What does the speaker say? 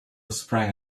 sprang